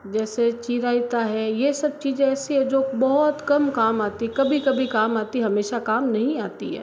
जैसे चिरायता है यह सब चीज़ ऐसी है जो बहुत कम काम आती है कभी कभी काम आती हमेशा काम नहीं आती है